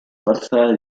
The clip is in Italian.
parziale